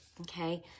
Okay